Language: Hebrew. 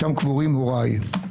שם קבורים הוריי.